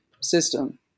system